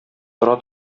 тора